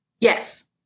Yes